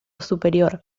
superior